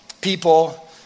people